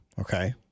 Okay